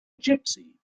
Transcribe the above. gypsy